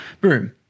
Boom